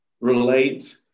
relate